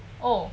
oh